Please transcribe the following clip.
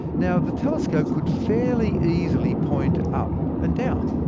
now the telescope could fairly easily point up and down.